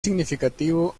significativo